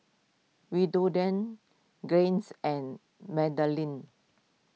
Willodean Gaines and Madalynn